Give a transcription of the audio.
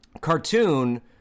cartoon